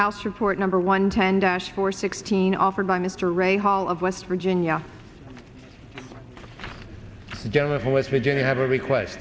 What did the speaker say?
house report number one ten dash four sixteen offered by mr ray hall of west virginia general homeless virginia have a request